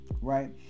right